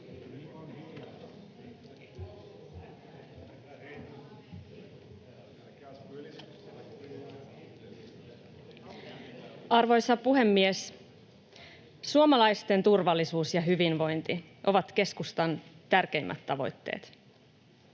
Arvoisa puhemies! Suomalaisten turvallisuus ja hyvinvointi ovat keskustan tärkeimmät tavoitteet.